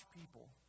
people